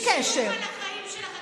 היקרים, בלי להרים את הטונים,